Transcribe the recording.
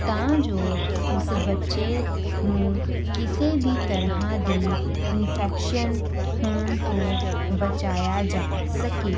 ਤਾਂ ਜੋ ਉਸ ਬੱਚੇ ਨੂੰ ਕਿਸੇ ਵੀ ਤਰ੍ਹਾਂ ਦੀ ਇਨਫੈਕਸ਼ਨ ਹੋਣ ਤੋਂ ਬਚਾਇਆ ਜਾ ਸਕੇ